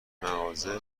مغازه